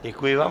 Děkuji vám.